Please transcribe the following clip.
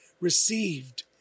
received